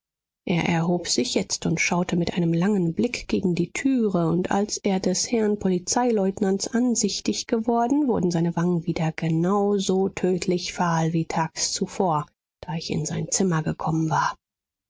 er erhob sich jetzt und schaute mit einem langen blick gegen die türe und als er des herrn polizeileutnants ansichtig geworden wurden seine wangen wieder genau so tödlich fahl wie tags zuvor da ich in sein zimmer gekommen war